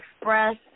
express